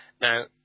Now